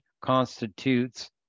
constitutes